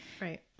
Right